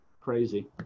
crazy